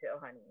honey